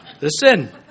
Listen